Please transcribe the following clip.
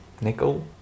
Nickel